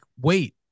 wait